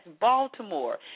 Baltimore